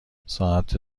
ساعت